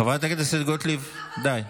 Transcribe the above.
חברת הכנסת גוטליב, די.